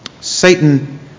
Satan